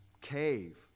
cave